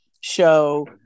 show